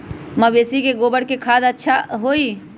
मवेसी के गोबर के खाद ज्यादा अच्छा होई?